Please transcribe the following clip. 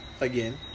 again